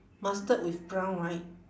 mustard with brown right